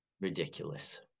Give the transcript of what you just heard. ridiculous